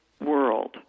world